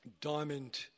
diamond